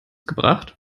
gebracht